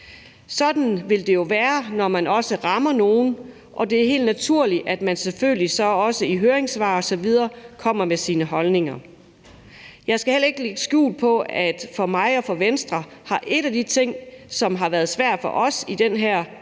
Sådan vil det jo også være, når man rammer nogle, og det er så også helt naturligt, at man i høringssvar osv. kommer med sine holdninger. Jeg skal heller ikke lægge skjul på, at for mig og for os i Venstre har en af de ting, som har været svære i forbindelse